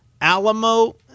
Alamo